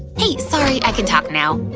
hey, sorry, i can talk now.